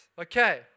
Okay